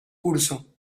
curso